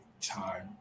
time